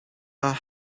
are